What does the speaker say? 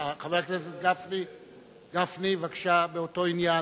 חבר הכנסת גפני, בבקשה, באותו עניין.